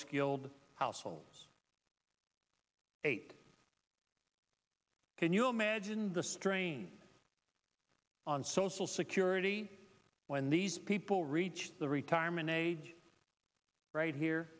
skilled households eight can you imagine the strain on social security when these people reach the retirement age right here